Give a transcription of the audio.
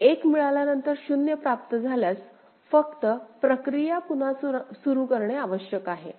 तर 1 मिळाल्यानंतर 0 प्राप्त झाल्यास फक्त प्रक्रिया पुन्हा सुरू करणे आवश्यक आहे